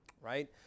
right